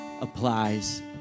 applies